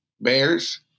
Bears